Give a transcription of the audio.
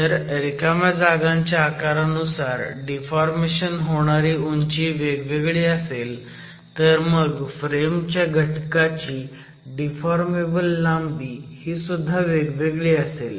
जर रिकाम्या जागांच्या आकारानुसार डिफॉर्मेशन होणारी उंची वेगवेगळी असेल तर मग फ्रेमच्या घटकाची डिफॉर्मेबल लांबी हीसुद्धा वेगवेगळी असेल